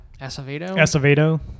Acevedo